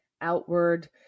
outward